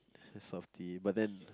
a softie but then